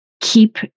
keep